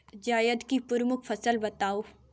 जायद की प्रमुख फसल बताओ